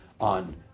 on